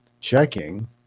checking